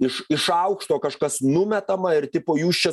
iš iš aukšto kažkas numetama ir tipo jūs čia